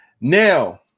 now